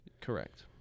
Correct